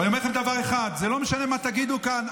אני אומר לכם דבר אחד: זה לא משנה מה תגידו כאן,